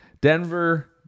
Denver